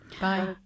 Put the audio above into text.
Bye